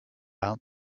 out